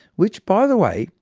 which, by the way,